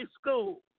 school